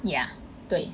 ya 对